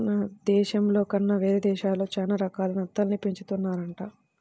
మన దేశంలో కన్నా వేరే దేశాల్లో చానా రకాల నత్తల్ని పెంచుతున్నారంట